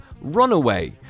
Runaway